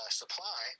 supply